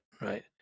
Right